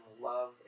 love